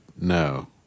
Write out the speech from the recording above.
no